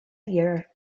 year